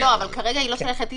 אבל כרגע היא לא שאלה הלכתית,